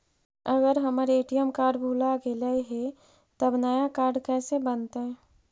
अगर हमर ATM card भुला गैलै हे तब नया काड कइसे बनतै?